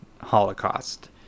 Holocaust